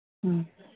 ꯎꯝ